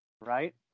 right